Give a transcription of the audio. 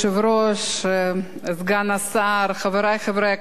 סגן השר, חברי חברי הכנסת,